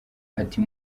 ati